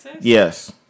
Yes